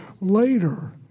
later